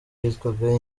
yitwaga